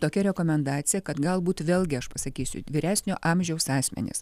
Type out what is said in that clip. tokia rekomendacija kad galbūt vėlgi aš pasakysiu vyresnio amžiaus asmenys